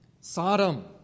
Sodom